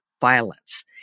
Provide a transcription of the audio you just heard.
violence